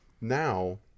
now